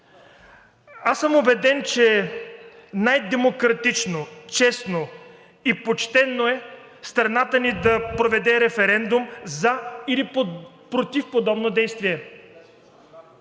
Аз съм убеден, че най-демократично, честно и почтено е страната ни да проведе референдум за или против подобно действие!